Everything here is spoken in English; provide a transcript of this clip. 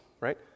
right